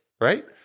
right